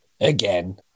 again